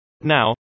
Now